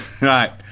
right